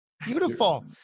Beautiful